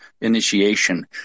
Initiation